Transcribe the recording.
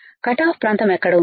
cut off ప్రాంతం ఎక్కడ ఉంది